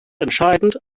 entscheidend